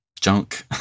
junk